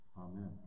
Amen